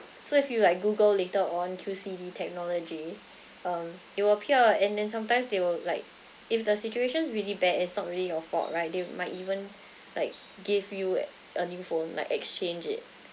so if you like google later on Q_C_D technology um it will appear and then sometimes they will like if the situations really bad it's not really your fault right they might even like give you a new phone like exchange it